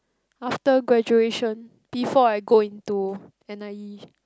after graduation before I go into N_I_E